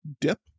dip